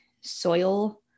soil